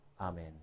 Amen